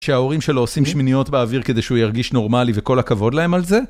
שההורים שלו עושים שמיניות באוויר כדי שהוא ירגיש נורמלי וכל הכבוד להם על זה?